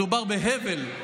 מדובר בהבל.